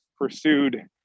pursued